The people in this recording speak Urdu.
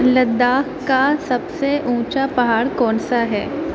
لداخ کا سب سے اونچا پہاڑ کون سا ہے